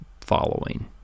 following